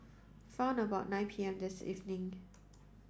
round about nine P M this evening